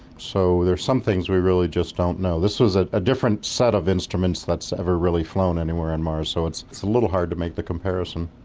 so there are some things we really just don't know. this was ah a different set of instruments that's ever really flown anywhere on mars, so it's it's a little hard to make the comparison.